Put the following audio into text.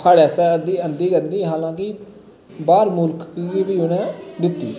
साढ़े आस्तै आंदी आंदी हालाकि बाह्र मुल्ख गी वी उ'नैं दित्ती